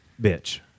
Bitch